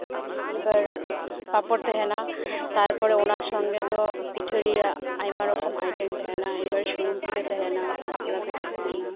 ᱮᱵᱟᱨ ᱯᱟᱯᱚᱲ ᱛᱟᱦᱮᱱᱟ ᱛᱟᱨᱯᱚᱨᱮ ᱚᱱᱟ ᱥᱚᱸᱜᱮ ᱫᱚ ᱯᱤᱴᱷᱟᱹ ᱨᱮᱭᱟᱜ ᱟᱭᱢᱟ ᱨᱚᱠᱚᱢ ᱟᱭᱴᱮᱢ ᱛᱟᱦᱮᱱᱟ ᱮᱵᱟᱨ ᱥᱩᱱᱩᱢ ᱯᱤᱴᱷᱟᱹ ᱛᱟᱦᱮᱱᱟ ᱠᱷᱟᱯᱨᱟ ᱯᱤᱴᱷᱟᱹ ᱛᱟᱦᱮᱱᱟ